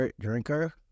drinker